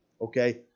Okay